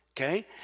Okay